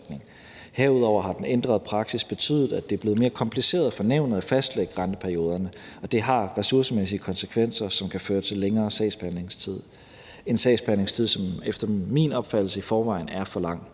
Herudover har den ændrede praksis betydet, at det er blevet mere kompliceret for nævnet at fastlægge renteperioderne. Det har ressourcemæssige konsekvenser, som kan føre til længere sagsbehandlingstid, en sagsbehandlingstid, som efter min opfattelse i forvejen er for lang.